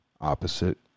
opposite